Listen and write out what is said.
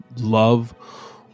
love